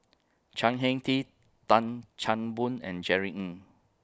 Chan Heng Chee Tan Chan Boon and Jerry Ng